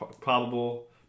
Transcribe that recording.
Probable